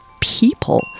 people